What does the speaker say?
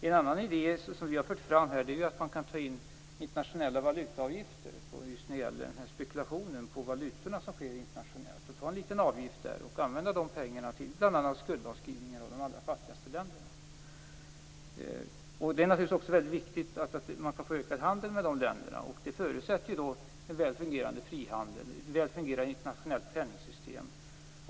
En annan idé som vi har fört fram är att ta internationella valutaavgifter just när det gäller den spekulation i valutor som sker internationellt och använda de pengarna till bl.a. skuldavskrivningar för de allra fattigaste länderna. Det är naturligtvis också viktigt att få en ökad handel med de länderna, och det förutsätter en väl fungerande frihandel och ett väl fungerande internationellt penningsystem.